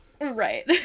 Right